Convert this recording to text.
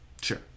Sure